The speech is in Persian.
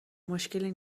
مشکلی